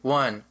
one